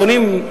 אדוני,